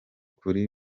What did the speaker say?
kuri